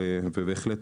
ובהחלט